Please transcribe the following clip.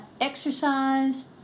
exercise